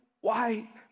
white